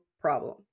problem